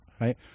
Right